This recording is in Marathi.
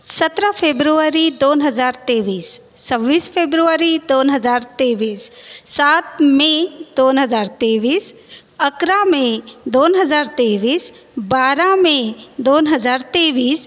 सतरा फेब्रुवारी दोन हजार तेवीस सव्वीस फेब्रुवारी दोन हजार तेवीस सात मे दोन हजार तेवीस अकरा मे दोन हजार तेवीस बारा मे दोन हजार तेवीस